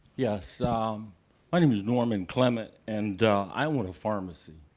yeah so um my name is norman clement. and i own a pharmacy.